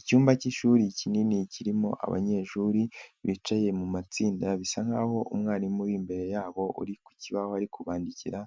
Icyumba k'ishuri kinini kirimo abanyeshuri bicaye mu matsinda bisa nk'aho umwarimu uri imbere yabo uri ku kibaho ari kubandikira